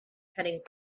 heading